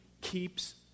keeps